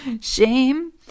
Shame